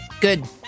Good